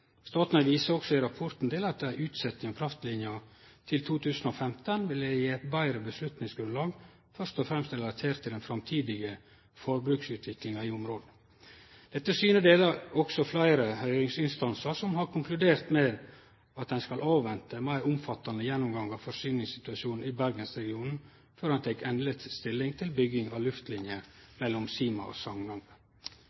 Statnett viser også i rapporten til at ei utsetjing av kraftlinja til 2015 ville gje «et bedre beslutningsgrunnlag, først og fremst relatert til den fremtidige forbruksutviklingen i området». Dette synet deler også fleire høyringsinstansar, som har konkludert med at ein skal avvente ein meir omfattande gjennomgang av forsyningssituasjonen i Bergensregionen før ein tek endeleg stilling til bygging av luftlinje